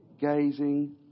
gazing